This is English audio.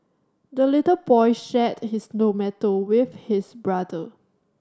the little boy shared his tomato with his brother